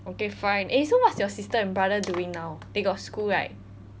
okay fine eh so what's your sister and brother doing now they got school right